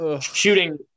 shooting